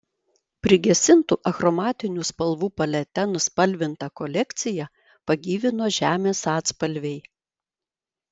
prigesintų achromatinių spalvų palete nuspalvintą kolekciją pagyvino žemės atspalviai